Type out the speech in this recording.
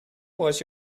was